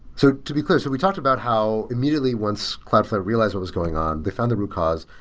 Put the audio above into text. so to be clear, so we talked about how immediately once cloudflare realized what was going on, they found the root cause,